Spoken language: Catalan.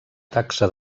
taxa